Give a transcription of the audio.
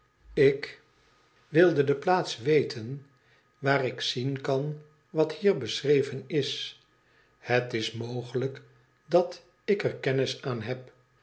ik wilde de plaats weten waar ik zien kan wat hier beschreven is het is mogelijk dat ik er kennis aan heb